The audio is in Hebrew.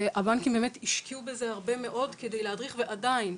והבנקים באמת השקיעו בזה הרבה מאוד עדי להדריך ועדיין,